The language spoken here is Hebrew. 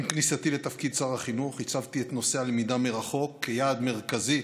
עם כניסתי לתפקיד שר החינוך הצבתי את נושא הלמידה מרחוק כיעד מרכזי